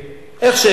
איך שהם מגיעים,